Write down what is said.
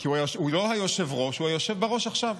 כי הוא לא היושב-ראש, הוא היושב בראש עכשיו.